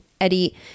Eddie